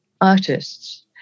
artists